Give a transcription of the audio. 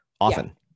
often